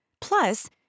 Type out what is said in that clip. Plus